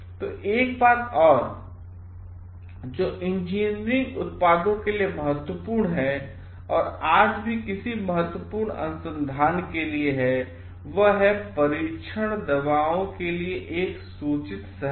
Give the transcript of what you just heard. तो एक बात और जो इंजीनियरिंग उत्पादों के लिए महत्वपूर्ण है और आज भी किसी भी महत्वपूर्ण अनुसंधान के लिए वह हैपरीक्षण दवाओं के लिए एकसूचित सहमति